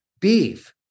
beef